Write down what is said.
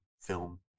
film